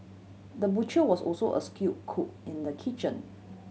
the butcher was also a skill cook in the kitchen